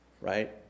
right